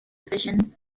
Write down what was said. division